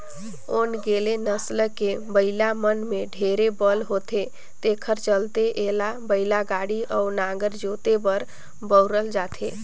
ओन्गेले नसल के बइला मन में ढेरे बल होथे तेखर चलते एला बइलागाड़ी अउ नांगर जोते बर बउरल जाथे